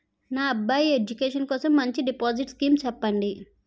నా అబ్బాయి ఎడ్యుకేషన్ కోసం మంచి డిపాజిట్ స్కీం చెప్పండి